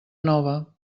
nova